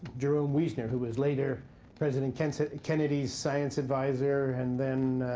jerome wiesner, who was later president kennedy's kennedy's science advisor and then